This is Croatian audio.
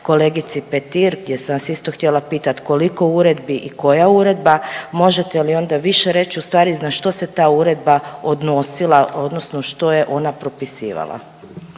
kolegici Petri gdje sam vas isto htjela pitati koliko uredbi i koja uredbe, možete li onda više reći u stvari na što se ta uredba odnosila odnosno što je ona propisivala.